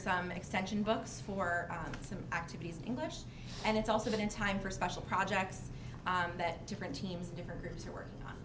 some extension books for some activities in english and it's also been in time for special projects that different teams different groups are working on